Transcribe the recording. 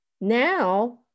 now